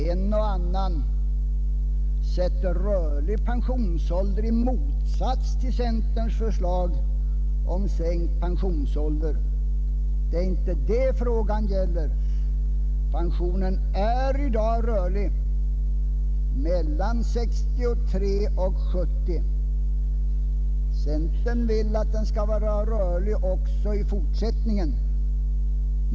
En och annan sätter rörlig pensionsålder i motsats till centerns förslag om sänkt pensionsålder. Det är inte det frågan gäller. Pensionen är i dag rörlig mellan 63 och 70 år. Centern vill att den skall vara rörlig också i fortsättningen.